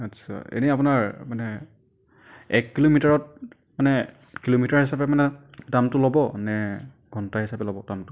আচ্ছা এনেই আপোনাৰ মানে এক কিলোমিটাৰত মানে কিলোমিটাৰ হিচাপে মানে দামটো ল'ব নে ঘণ্টা হিচাপে ল'ব দামটো